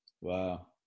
Wow